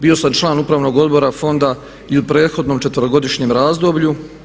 Bio sam član Upravnog odbora fonda i u prethodnom četverogodišnjem razdoblju.